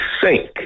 sink